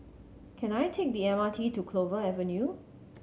can I take the M R T to Clover Avenue